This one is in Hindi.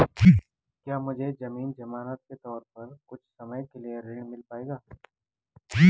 क्या मुझे ज़मीन ज़मानत के तौर पर कुछ समय के लिए ऋण मिल पाएगा?